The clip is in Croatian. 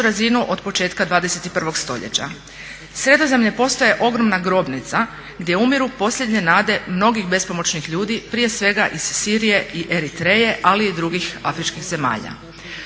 razinu od početka 21 stoljeća. Sredozemlje postaje ogromna grobnica gdje umiru posljednje nade mnogih bespomoćnih ljudi prije svega iz Sirije i Eritreje, ali i drugih afričkih zemalja.